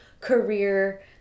career